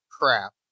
crap